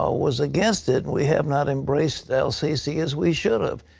ah was against it, and we have not embraced el-sisi as we should have.